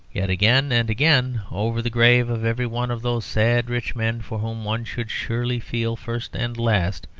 yet again and again, over the grave of every one of those sad rich men, for whom one should surely feel, first and last,